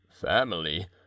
Family